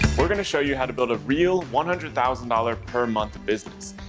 we're gonna show you how to build a real, one hundred thousand dollars per month business.